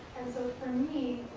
and so for me,